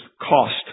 cost